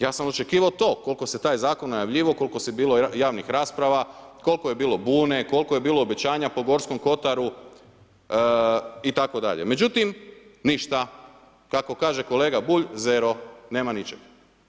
Ja sam očekivao to, koliko se taj zakon najavljivao, koliko je bilo javnih rasprava, koliko je bilo bune, koliko je bilo obećanja po Gorskom kotaru, međutim, ništa, kako kaže kolega Bulj, zero, nema ničega.